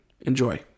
Enjoy